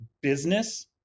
business